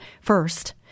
first